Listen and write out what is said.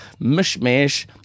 mishmash